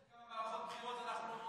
כמה מערכות בחירות אנחנו,